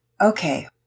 Okay